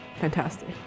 fantastic